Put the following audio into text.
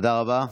תודה רבה.